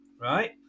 right